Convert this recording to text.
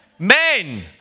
Men